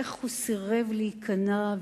איך הוא סירב להיכנע,